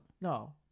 no